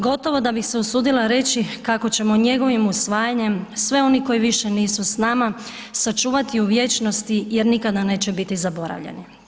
Gotovo da bi se usudila reći kako ćemo njegovim usvajanjem sve oni koji više nisu s nama, sačuvati u vječnosti jer nikada neće bit zaboravljeni.